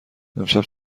امشب